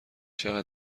چقدر